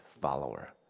follower